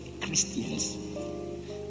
Christians